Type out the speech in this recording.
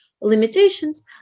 limitations